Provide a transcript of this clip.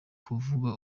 kuvuga